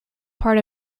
part